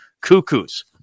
cuckoos